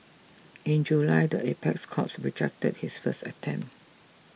in July the apex courts rejected his first attempt